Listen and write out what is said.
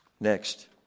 Next